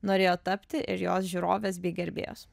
norėjo tapti ir jos žiūrovės bei gerbėjos